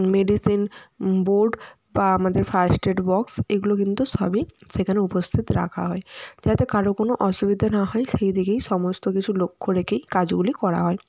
medicine board বা আমাদের first aid box এইগুলো কিন্তু সবই সেখানে উপস্থিত রাখা হয় যাতে কারও কোনো অসুবিধে না হয় সেইদিকেই সমস্ত কিছু লক্ষ রেখেই কাজগুলি করা হয়